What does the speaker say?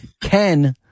Ken